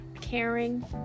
Caring